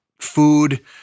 food